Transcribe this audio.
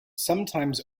sometimes